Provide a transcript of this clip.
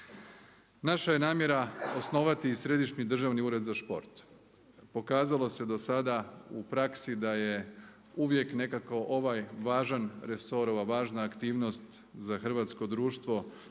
Naša je namjera osnovati i središnji Državni ured za šport. Pokazalo se dosada u praksi da je uvijek nekako ovaj važan resor, ova važna aktivnost za hrvatsko društvo